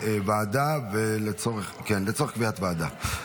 בהצעת החוק.